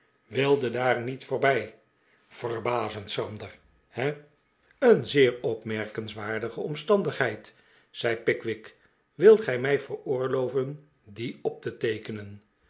wilde daar niet voorbij verbazend schrander he een zeer opmerkenswaardiae omstandigheid zei pickwick wilt gij mij ver oorloven die op te teekenen